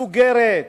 מסוגרת,